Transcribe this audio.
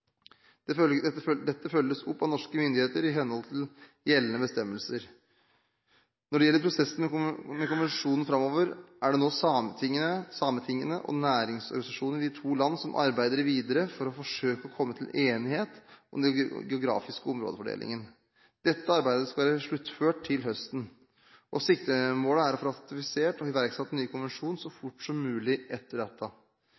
Dette følges opp av norske myndigheter i henhold til gjeldende bestemmelser. Når det gjelder prosessen med konvensjonen framover, er det nå sametingene og næringsorganisasjonene i de to land som arbeider videre for å forsøke å komme til enighet om den geografiske områdefordelingen. Dette arbeidet skal være sluttført til høsten, og siktemålet er å få ratifisert og iverksatt en ny konvensjon så